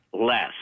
less